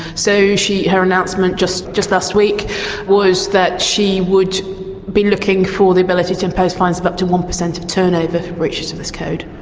so her announcement just just last week was that she would be looking for the ability to impose fines of up to one percent of turnover for breaches of this code.